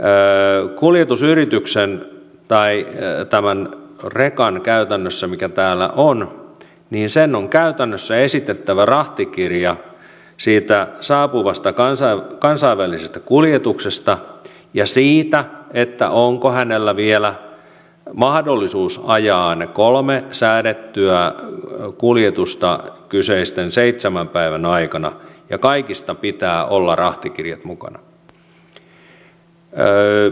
eli kuljetusyrityksen tai käytännössä tämän rekan mikä täällä on on käytännössä esitettävä rahtikirja siitä saapuvasta kansainvälisestä kuljetuksesta ja siitä onko hänellä vielä mahdollisuus ajaa ne kolme säädettyä kuljetusta kyseisten seitsemän päivän aikana ja kaikista pitää olla rahtikirjat mukana